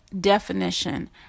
definition